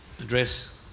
address